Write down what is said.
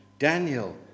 Daniel